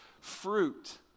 fruit